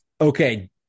Okay